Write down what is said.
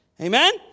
Amen